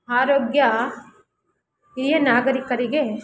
ಆರೋಗ್ಯ ಹಿರಿಯ ನಾಗರಿಕರಿಗೆ